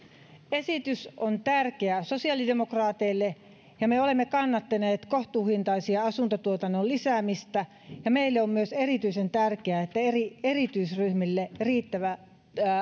esitys on tärkeä sosiaalidemokraateille ja me olemme kannattaneet kohtuuhintaisen asuntotuotannon lisäämistä ja meille on myös erityisen tärkeää että varmistetaan erityisryhmille riittävä